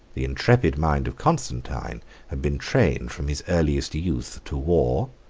the intrepid mind of constantine had been trained from his earliest youth to war,